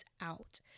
out